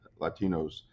Latinos